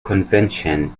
convention